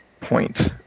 point